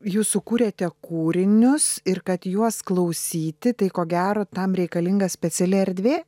jūs sukūrėte kūrinius ir kad juos klausyti tai ko gero tam reikalinga speciali erdvė